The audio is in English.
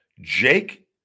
Jake